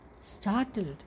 startled